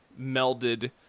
melded